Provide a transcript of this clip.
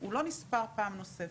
הוא לא נספר פעם נוספת,